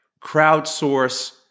Crowdsource